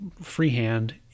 freehand